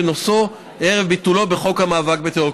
כנוסחו ערב ביטולו בחוק המאבק בטרור".